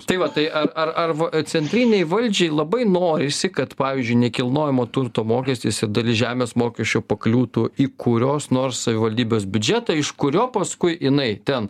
tai va tai ar ar ar centrinei valdžiai labai norisi kad pavyzdžiui nekilnojamo turto mokestis dalis žemės mokesčio pakliūtų į kurios nors savivaldybės biudžetą iš kurio paskui jinai ten